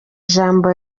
ijambo